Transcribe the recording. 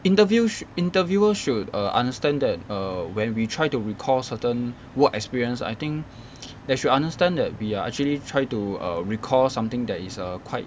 interviews interviewer should err understand that err when we try to recall certain work experience I think they should understand that we are actually try to recall something that is err quite